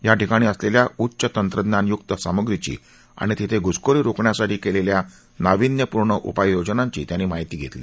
या ठिकाणी असलेल्या उच्च तंत्रज्ञानयुक सामग्रीची आणि तिथं घुसखोरी रोखण्यासाठी केलेल्या नावीन्यपूर्ण उपाययोजनांची त्यांनी माहिती घेतली